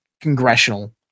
congressional